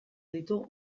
ditu